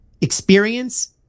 Experience